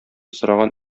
сораган